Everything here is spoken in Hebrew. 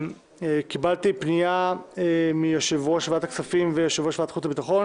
בהודעה של יושב-ראש ועדת הכספים ויושב-ראש ועדת חוץ וביטחון